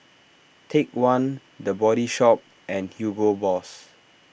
Take one the Body Shop and Hugo Boss